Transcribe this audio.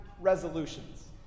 resolutions